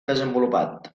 desenvolupat